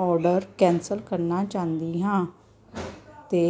order cancel ਕਰਨਾ ਚਾਹੁੰਦੀ ਹਾਂ ਅਤੇ